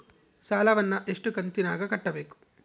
ಸಾಲವನ್ನ ಎಷ್ಟು ಕಂತಿನಾಗ ಕಟ್ಟಬೇಕು?